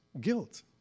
guilt